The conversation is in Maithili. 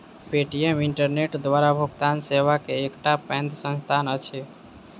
पे.टी.एम इंटरनेट द्वारा भुगतान सेवा के एकटा पैघ संस्थान अछि